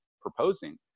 proposing